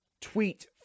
tweet